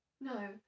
no